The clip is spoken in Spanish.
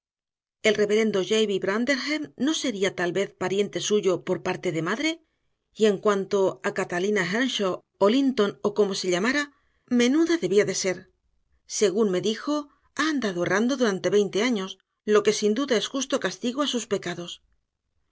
el reverendo jabes branderham no sería tal vez pariente suyo por parte de madre y en cuanto a catalina earnshaw o linton o como se llamara menuda debía de ser según me dijo ha andado errando durante veinte años lo que sin duda es justo castigo a sus pecados